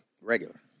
Regular